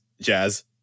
jazz